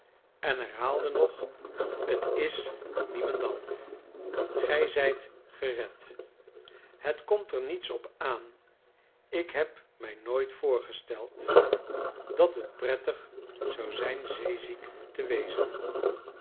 en herhaalde nog t is niemendal gij zijt gered het komt er niets op aan ik heb mij nooit voorgesteld dat het prettig zou zijn zeeziek te wezen